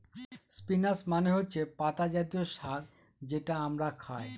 spinach মানে হচ্ছে পাতা জাতীয় শাক যেটা আমরা খায়